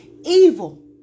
evil